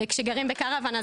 וכשגרים בקרוון,